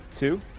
Two